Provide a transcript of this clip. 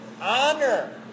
honor